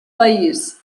país